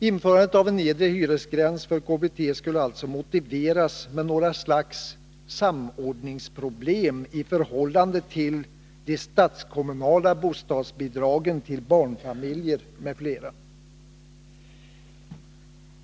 Införandet av en nedre hyresgräns för KBT skulle alltså motiveras med några slags samordningsproblem i förhållande till de statskommunala bostadsbidragen till barnfamiljer m.fl.